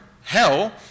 hell